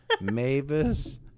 Mavis